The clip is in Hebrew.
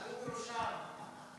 הוא בראשם.